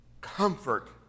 comfort